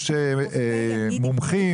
יש מומחים.